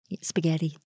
spaghetti